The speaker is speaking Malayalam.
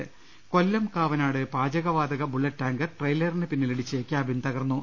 ് കൊല്ലം കാവനാട് പാചകവാതക ബുള്ളറ്റ് ടാങ്കർ ട്രെയിലറിന് പിന്നിലിടിച്ച് ക്യാബിൻ തകർന്നു